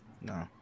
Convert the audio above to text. No